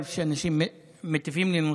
אחמד טיבי (חד"ש-תע"ל): אני לא אוהב שאנשים מטיפים לי מוסר.